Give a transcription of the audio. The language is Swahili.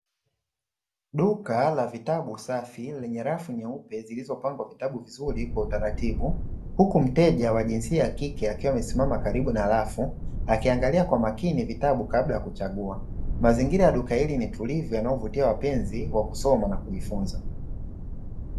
Duka la vitabu safi lenye rafu nyeupe zilizopangwa vitabu vizuri kwa utaratibu ,huku mteja wa jinsia ya kike akiwa amesimama karibu na rafu akiangalia kwa makini vitabu kabla ya kuchagua. Mazingira ya duka hili ni tulivu yanayovotia wapenzi wa kusoma na kujifunza.